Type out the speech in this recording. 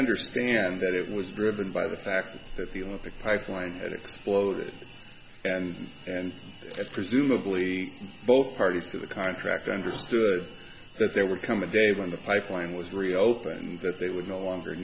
understand that it was driven by the fact that the olympic pipeline and exploded and and presumably both parties to the contract understood that there would come a day when the pipeline was reopened that they would no longer